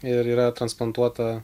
ir yra transplantuota